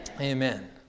Amen